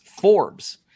Forbes